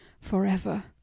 forever